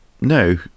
No